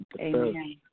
Amen